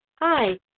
Hi